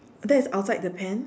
that is outside the pan